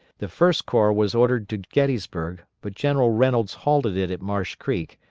the first corps was ordered to gettysburg, but general reynolds halted it at marsh creek,